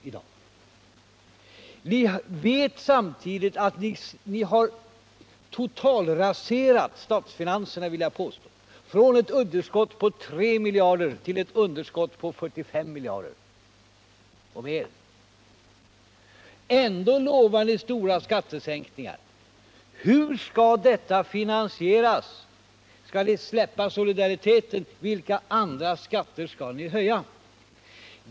Samtidigt vet vi att ni har totalraserat statsfinanserna, vill jag påstå, från ett underskott på 3 miljarder till ett underskott på 45 miljarder, och mer. Ändå lovar ni stora skattesänkningar. Hur skall detta finansieras? Skall ni släppa solidariteten? Vilka andra skatter skall ni höja?